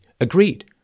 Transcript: agreed